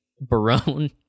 Barone